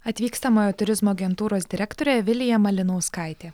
atvykstamojo turizmo agentūros direktorė vilija malinauskaitė